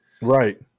right